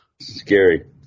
Scary